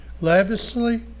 Lavishly